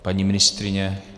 Paní ministryně?